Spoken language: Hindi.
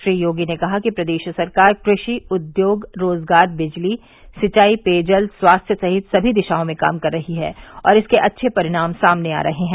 श्री योगी ने कहा कि प्रदेश सरकार कृषि उद्योग रोजगार बिजली सिंचाई पेयजल स्वास्थ्य सहित सभी दिशा में काम कर रही है और इसके अच्छे परिणाम सामने आ रहे हैं